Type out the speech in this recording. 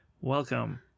welcome